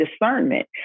discernment